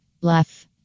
laugh